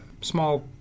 small